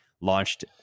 launched